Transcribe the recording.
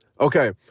Okay